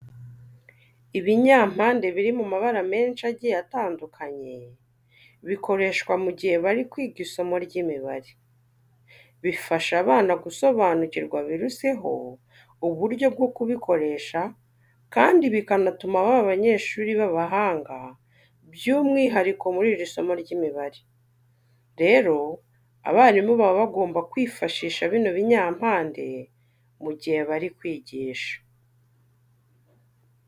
Ibinyampande biri mu mabara menshi agiye atandukanye bikoreshwa mu gihe bari kwiga isomo ry'imibare bifasha abana gusobanukirwa biruseho uburyo bwo kubikoresha kandi bikanatuma baba abanyeshuri b'abahanga by'umwihariko muri iri somo ry'imibare. Rero abarimu baba bagomba kwifashisha bino binyampande mu gihe bari kwigisha.